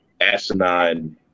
asinine